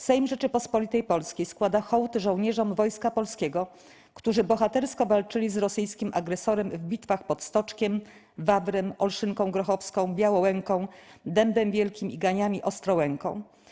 Sejm Rzeczypospolitej Polskiej składa hołd żołnierzom wojska polskiego, którzy bohatersko walczyli z rosyjskim agresorem w bitwach pod Stoczkiem, Wawrem, Olszynką Grochowską, Białołęką, Dębem Wielkiem, Iganiami, Ostrołęką.